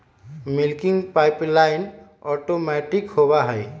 milking pipeline automatic होबा हई